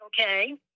Okay